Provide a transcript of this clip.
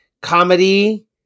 comedy